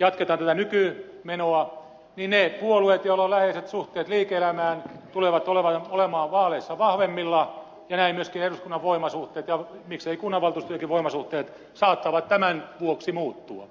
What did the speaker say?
jatketaan tätä nykymenoa niin ne puolueet joilla on läheiset suhteet liike elämään tulevat olemaan vaaleissa vahvemmilla ja näin myöskin eduskunnan voimasuhteet ja miksei kunnanvaltuustojenkin voimasuhteet saattavat tämän vuoksi muuttua